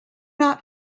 not